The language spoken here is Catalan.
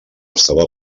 estava